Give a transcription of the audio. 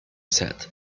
said